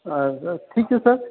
अच्छा ठीक छै सर